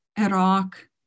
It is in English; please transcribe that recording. Iraq